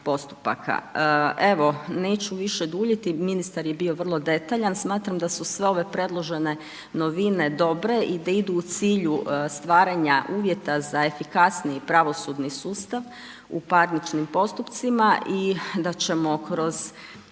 postupaka. Evo neću više duljiti, ministar je bio vrlo detaljan, smatram da su sve ove predložene novine dobre i da idu cilju stvaranja uvjeta za efikasniji pravosudni sustav u parničnim postupcima i da ćemo kroz